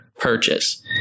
purchase